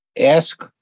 Ask